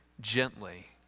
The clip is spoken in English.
gently